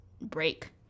break